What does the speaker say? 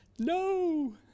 No